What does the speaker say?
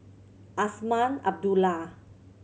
Azman Abdullah